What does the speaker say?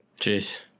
Jeez